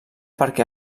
perquè